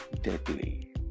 deadly